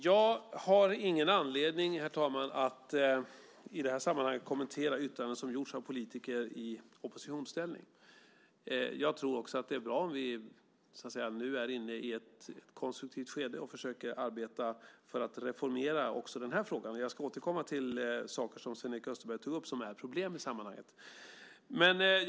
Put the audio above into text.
Jag har ingen anledning, herr talman, att i det här sammanhanget kommentera yttranden som har gjorts av politiker i oppositionsställning. Jag tror också att det är bra om vi nu är inne i ett konstruktivt skede och försöker arbeta för att reformera den här frågan. Jag ska återkomma till saker som Sven-Erik Österberg tog upp som är problem i sammanhanget.